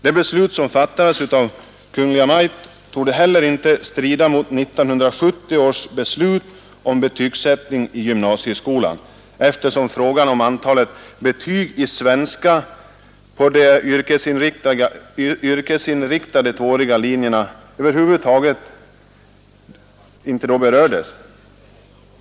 Det beslut som fattats av Kungl. Maj:t torde heller inte strida mot 1970 års beslut om betygsättningen i gymnasieskolan, eftersom frågan om antalet betyg i svenska på de yrkesinriktade 2-åriga linjerna över huvud taget inte då berördes.